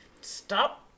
stop